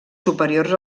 superiors